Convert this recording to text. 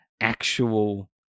actual